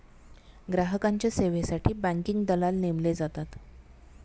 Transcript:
ग्राहकांच्या सेवेसाठी बँकिंग दलाल नेमले जातात